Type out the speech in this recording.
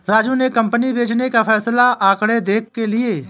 राजू ने कंपनी बेचने का फैसला आंकड़े देख के लिए